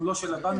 הוא לא של הבנקים.